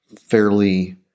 fairly